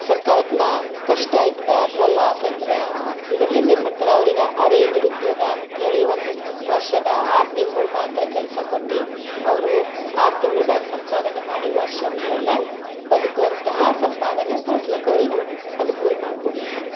ಸರ್ಕಾರಕ್ಕೆ ನಾ ಕಷ್ಟ ಆಯ್ತದ ಅಥ್ವಾ ಲಾಸ್ ಆಯ್ತದ ಇದರಿಂದ ಏನು ಮಾಡ್ತಾರೆ ಅವ್ರಿಗೆ ಅರೆನಿರುದ್ಯೋಗ ಅಂತ ಹೇಳಿ ಒಂದು ವರ್ಷದ ಆರು ತಿಂಗಳು ಮಾತ್ರ ಕೆಲಸ ಕೊಟ್ಟು ಅವರು ಆರು ತಿಂಗಳದಾಗ ಸಂಪಾದನೆ ಮಾಡಿ ವರ್ಷವಿಡಿ ಎಲ್ಲ ಬದುಕೋಂತಹ ಸಂಪಾದನೆ ಗಳಿಸ್ಲಕ್ಕ ಅವರಿಗೆ ಅನುಕೂಲ ಮಾಡಿಕೊಡ್ಲತ್ತದ